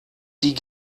die